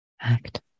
act